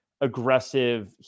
aggressive